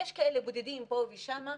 יש כאלה בודדים פה ושם.